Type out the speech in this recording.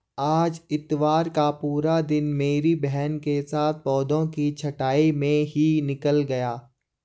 आज इतवार का पूरा दिन मेरी बहन के साथ पौधों की छंटाई में ही निकल गया